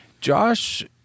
Josh